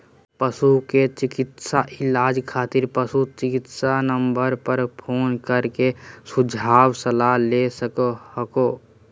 पशु के तात्कालिक इलाज खातिर पशु चिकित्सा नम्बर पर फोन कर के सुझाव सलाह ले सको हखो